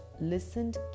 listened